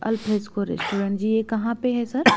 अलफरेसकों restaurant जी ये कहाँ पे है सर